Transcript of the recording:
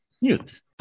news